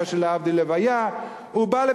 רגע של,